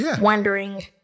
wondering